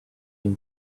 une